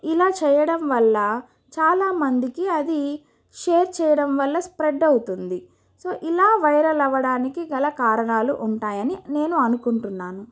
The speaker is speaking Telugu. ఇలా చెయ్యడం వల్ల చాలా మందికి అది షేర్ చేయడం వల్ల స్ప్రెడ్ అవుతుంది సో ఇలా వైరల్ అవ్వడానికి గల కారణాలు ఉంటాయని నేను అనుకుంటున్నాను